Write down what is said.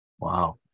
Wow